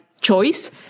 choice